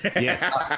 Yes